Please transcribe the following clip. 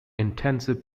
intensive